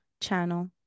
channel